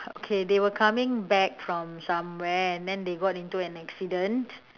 okay they were coming back from somewhere and then they got into an accident